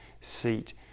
seat